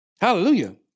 Hallelujah